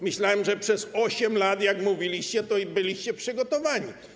Myślałem, że jak przez 8 lat mówiliście, to byliście przygotowani.